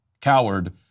coward